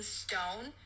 stone